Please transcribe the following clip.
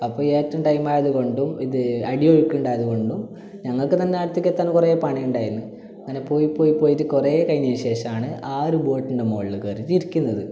അപ്പം ഏറ്റം ടൈം ആയതുകൊണ്ടും ഇത് അടിയൊഴുക്ക് ഉണ്ടായത് കൊണ്ടും ഞങ്ങൾക്ക് തന്നെ അടുത്തെക്കെത്താൻ കുറെ പണി ഉണ്ടായീന്ന് അങ്ങനെ പോയി പോയി പോയിട്ട് കുറെ കഴിഞ്ഞതിന് ശേഷമാണ് ആ ഒരു ബോട്ട്ൻ്റെ മേളിൽ കയറിയിട്ട് ഇരിക്കുന്നത്